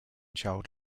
child